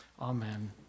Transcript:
amen